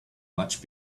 much